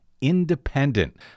independent